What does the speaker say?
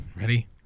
Ready